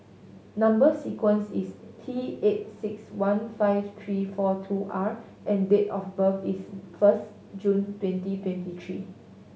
number sequence is T eight six one five three four two R and date of birth is first June twenty twenty three